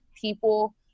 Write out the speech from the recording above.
people